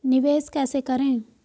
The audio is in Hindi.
निवेश कैसे करें?